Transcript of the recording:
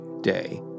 day